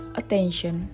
attention